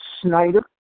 Snyder